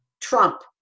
Trump